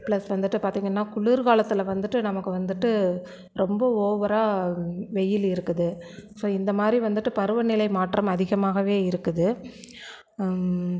plus வந்துட்டு பார்த்திங்கன்னா குளிர் காலத்தில் வந்துட்டு நமக்கு வந்துட்டு ரொம்ப ஓவராக வெயில் இருக்குது ஸோ இந்த மாதிரி வந்துட்டு பருவநிலை மாற்றம் அதிகமாகவே இருக்குது